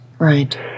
Right